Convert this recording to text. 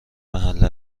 محل